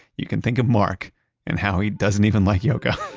you can think of mark and how he doesn't even like yoga